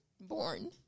born